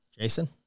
Jason